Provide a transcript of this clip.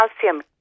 calcium